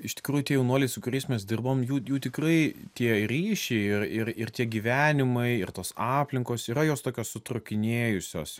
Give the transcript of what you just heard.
iš tikrųjų tie jaunuoliai su kuriais mes dirbam jų jų tikrai tie ryšiai ir ir ir tie gyvenimai ir tos aplinkos yra jos tokios sutrūkinėjusios